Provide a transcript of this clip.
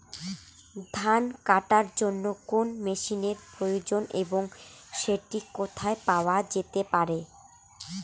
ধান কাটার জন্য কোন মেশিনের প্রয়োজন এবং সেটি কোথায় পাওয়া যেতে পারে?